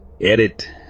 edit